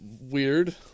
weird